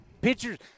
pitchers